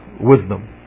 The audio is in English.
wisdom